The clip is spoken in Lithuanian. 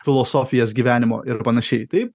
filosofijas gyvenimo ir panašiai tai